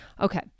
Okay